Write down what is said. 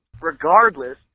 Regardless